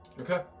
Okay